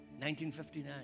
1959